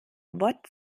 wort